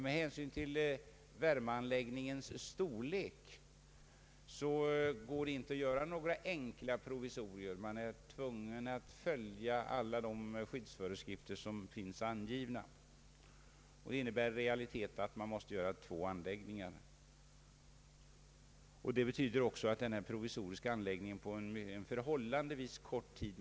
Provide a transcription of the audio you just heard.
Med hänsyn till värmeanläggningens storlek går det inte att göra några enkla provisorier. Man är tvungen att följa alla skyddsföreskrifter som finns angivna. Det innebär i realiteten att man måste uppföra två anläggningar, vilket också betyder att den föreslagna provisoriska anläggningen måste skrivas av på en förhållandevis kort tid.